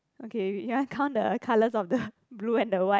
okay you want count the colors of the blue and the white